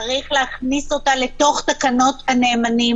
שצריך להכניס אותה אל תוך תקנות הנאמנים,